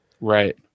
Right